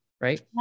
right